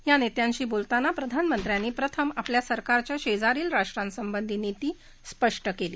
या नेत्यांशी बोलताना प्रधानमंत्र्यांनी प्रथम आपल्या सरकारच्या शेजारील राष्ट्रासंबंधी नीती स्पष्ट केली